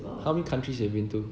how many countries you have been to